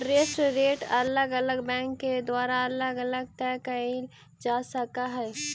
interest rate अलग अलग bank के द्वारा अलग अलग तय कईल जा सकऽ हई